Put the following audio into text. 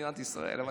אבל לא משנה.